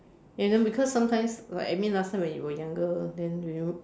and then because sometimes like I mean last time when you are younger then you know